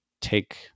take